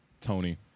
Tony